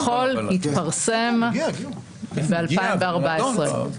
הכחול התפרסם ב-2014.